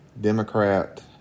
Democrat